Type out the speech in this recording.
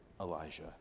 Elijah